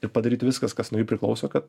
ir padaryt viskas kas nuo jų priklauso kad